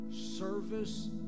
service